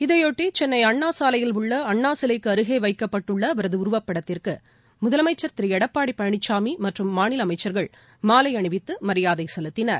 இதைபொட்டி சென்னை அண்ணா சாலையில் உள்ள அண்ணா சிலைக்கு அருகே வைக்கப்பட்டுள்ள அவரது உருவப்படத்திற்கு முதலமைச்சர் திரு எடப்பாடி பழனிசாமி மற்றம் மாநில அமைச்சர்கள் மாலை அணிவித்து மரியாதை செலுத்தினர்